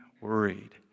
worried